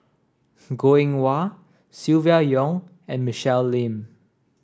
Goh Eng Wah Silvia Yong and Michelle Lim